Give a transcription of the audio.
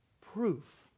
proof